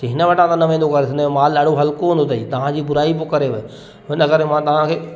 चयईं हिन वटां त न वेंदो कर हिन जो माल ॾाढो हलिको हूंदो अथई तव्हांजी बुराई पोइ करे हिन करे मां तव्हांखे